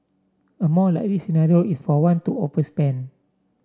a more likely scenario is for one to overspend